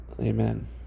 Amen